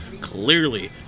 Clearly